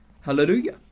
Hallelujah